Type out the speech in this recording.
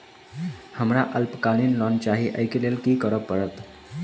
हमरा अल्पकालिक लोन चाहि अई केँ लेल की करऽ पड़त?